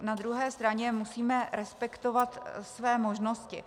Na druhé straně musíme respektovat své možnosti.